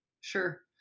Sure